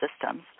systems